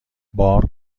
بار